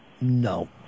no